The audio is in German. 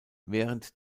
während